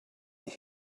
that